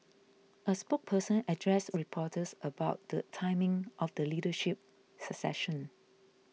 a spokesperson addressed reporters about the timing of the leadership succession